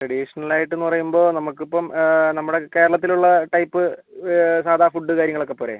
traditional ആയിട്ടെന്ന് പറയുമ്പോൾ നമുക്ക് ഇപ്പം നമ്മളുടെ കേരളത്തിൽ ഉള്ള ടൈപ്പ് സാധാരണ ഫുഡ് കാര്യങ്ങളൊക്കെ പോരെ